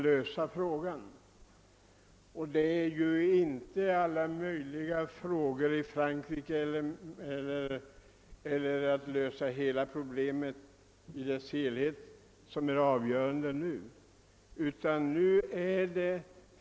Här gäller det ju inte att lösa alla problem, i Frankrike och på andra håll. Det är inte det som nu är det avgörande.